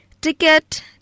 Ticket